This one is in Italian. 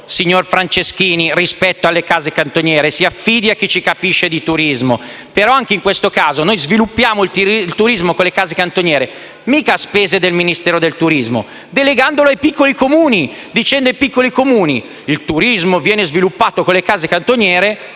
signor Franceschini, rispetto alle case cantoniere. Si affidi a chi di turismo ne capisce. Anche in questo caso, però, non sviluppiamo il turismo con le case cantoniere a spese del Ministero del turismo, bensì delegandolo ai piccoli Comuni e dicendo ai piccoli Comuni: «Il turismo viene sviluppato con le case cantoniere